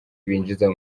binjiza